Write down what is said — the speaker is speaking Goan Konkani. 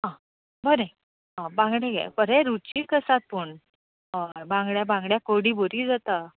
आं बरें बांगडे बरे रुचीक आसात पूण हय बांगड्या बांगड्या कोडी बरी जाता